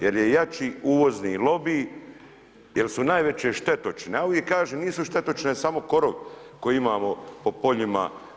Jer je jaki uvozni lobij, jer su najveće štetočine, a ovi kažu nisu štetočine, samo korov koji imamo po poljima.